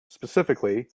specifically